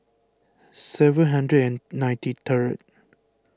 seven hundred and ninety third